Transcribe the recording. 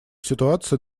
ситуация